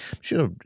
Sure